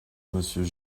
monsieur